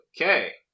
Okay